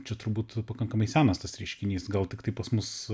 čia būtų pakankamai senas tas reiškinys gal tiktai pas mus